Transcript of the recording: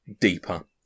deeper